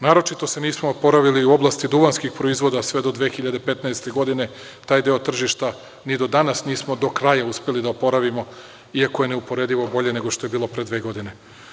Naročito se nismo oporavili u oblasti duvanskih proizvoda sve do 2015. godine, taj deo tržišta ni do danas nismo do kraja uspeli da oporavimo iako je neuporedivo bolje nego što je bilo pre dve godine.